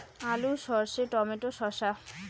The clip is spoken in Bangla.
আলু সর্ষে টমেটো শসা